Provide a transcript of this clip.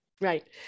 Right